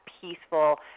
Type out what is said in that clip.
peaceful